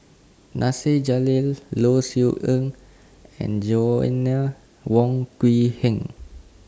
Nasir Jalil Low Siew Nghee and Joanna Wong Quee Heng